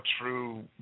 true